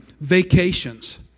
Vacations